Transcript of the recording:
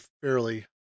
fairly